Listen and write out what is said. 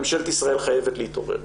ממשלת ישראל חייבת להתעורר.